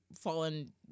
fallen